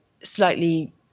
slightly